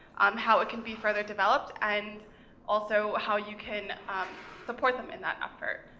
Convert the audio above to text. um how it can be further developed, and also, how you can support them in that effort,